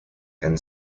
and